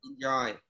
enjoy